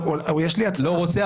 אבל יש לי הצעה --- אתה לא רוצה,